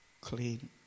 clean